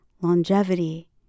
longevity